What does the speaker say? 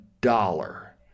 dollar